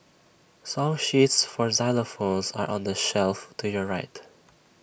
song sheets for xylophones are on the shelf to your right